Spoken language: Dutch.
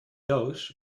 doos